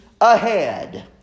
ahead